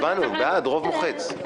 הצבענו בעד ברוב מוחץ.